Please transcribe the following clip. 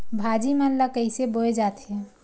भाजी मन ला कइसे बोए जाथे?